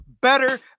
better